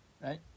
right